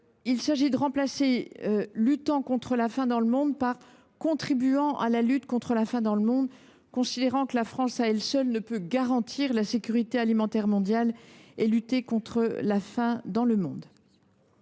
Il s’agit de remplacer « en luttant contre la faim dans le monde » par « en contribuant à la lutte contre la faim dans le monde », considérant que la France ne peut à elle seule garantir la sécurité alimentaire mondiale et lutter contre la faim dans le monde.